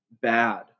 bad